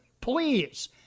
Please